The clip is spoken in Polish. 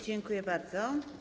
Dziękuję bardzo.